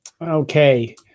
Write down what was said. okay